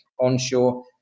onshore